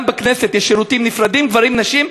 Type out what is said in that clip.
גם בכנסת יש שירותים נפרדים לגברים ולנשים,